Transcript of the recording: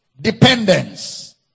dependence